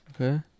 okay